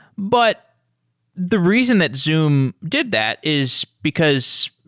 but the reason that zoom did that is because,